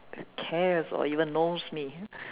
cares or even knows me